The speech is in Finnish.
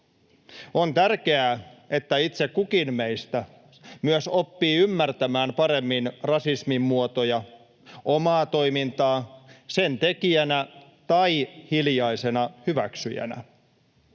On tärkeää, että itse kukin meistä myös oppii ymmärtämään paremmin rasismin muotoja, omaa toimintaa sen tekijänä tai hiljaisena hyväksyjänä.